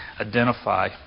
identify